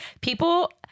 people